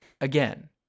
Again